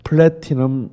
Platinum